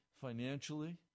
financially